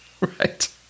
Right